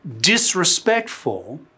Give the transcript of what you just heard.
disrespectful